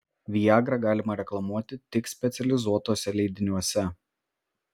viagrą galima reklamuoti tik specializuotuose leidiniuose